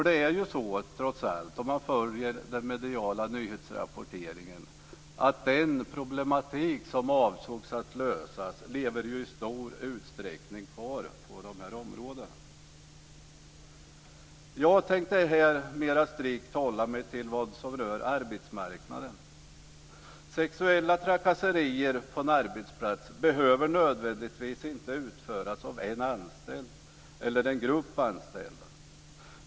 Det är ju trots allt så om man följer nyhetsrapporteringen i medierna att den problematik som avsågs att lösas i stor utsträckning finns kvar på de här områdena. Jag tänkte här mer strikt hålla mig till vad som rör arbetsmarknaden. Sexuella trakasserier på en arbetsplats behöver inte nödvändigtvis utföras av en anställd eller en grupp anställda.